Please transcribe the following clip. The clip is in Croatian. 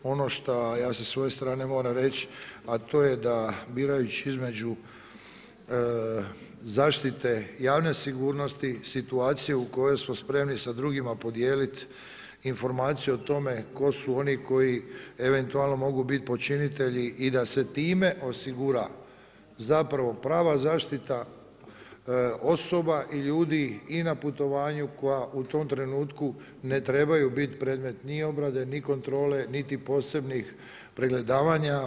Ono šta ja sa svoje strane moram reći, a to je da birajući između zaštite javne sigurnosti, situacije u kojoj smo spremni sa drugima podijelit informaciju o tome tko su oni koji eventualno mogu biti počinitelji i da se time osigura prava zaštita osoba i ljudi i na putovanju koja u tom trenutku ne trebaju biti predmet ni obrade, ni kontrole, niti posebnih pregledavanja.